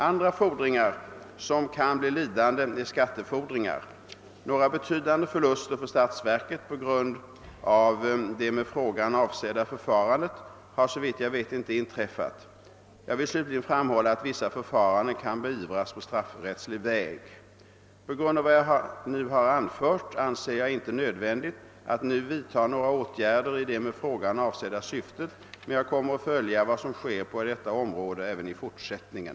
Andra fordringar som kan bli lidande är skattefordringar. Några betydande förluster för statsverket på grund av det med frågan avsedda förfarandet har såvitt jag vet inte inträffat. Jag vill slutligen framhålla att vissa förfaranden kan beivras på straffrättslig väg. På grund av vad jag nu har anfört anser jag inte nödvändigt att nu vidta några åtgärder i det med frågan avsedda syftet men jag kommer att följa vad som sker på detta område även i fortsättningen.